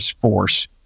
force